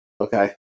Okay